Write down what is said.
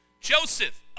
Joseph